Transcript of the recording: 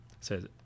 says